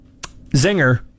Zinger